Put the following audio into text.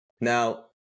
Now